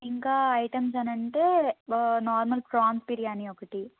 ఇంకా ఐటమ్స్ అనంటే normal prawns biryani ఒకటి